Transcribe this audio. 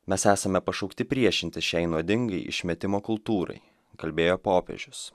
mes esame pašaukti priešintis šiai nuodingai išmetimo kultūrai kalbėjo popiežius